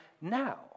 now